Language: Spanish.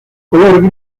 color